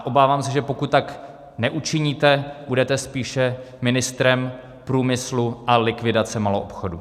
Obávám se, že pokud tak neučiníte, budete spíše ministrem průmyslu a likvidace maloobchodu.